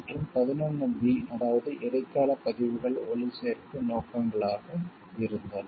மற்றும் 11 பி அதாவது இடைக்கால பதிவுகள் ஒளிபரப்பு நோக்கங்களாக இருந்தன